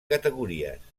categories